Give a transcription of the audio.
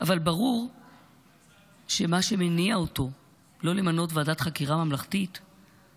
אבל ברור שמה שמניע אותו לא למנות ועדת חקירה ממלכתית הוא